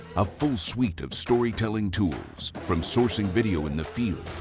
a full suite of storytelling tools from sourcing video in the field,